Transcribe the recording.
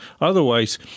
Otherwise